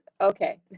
okay